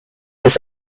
des